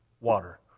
water